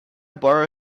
borrow